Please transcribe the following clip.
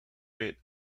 red